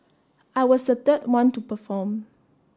I was the third one to perform